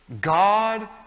God